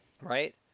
Right